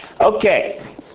Okay